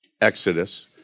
Exodus